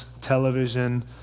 television